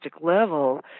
level